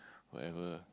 whatever